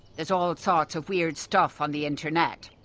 there's all sorts of weird stuff on the internet!